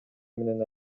менен